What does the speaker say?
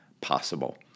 possible